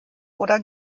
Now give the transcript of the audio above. oder